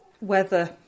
Weather